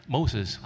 Moses